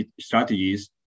strategies